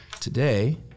Today